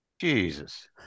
Jesus